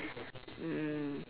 mm